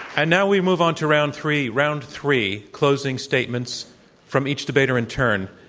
and now we move on to round three. round three, closing statements from each debater in turn.